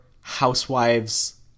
Housewives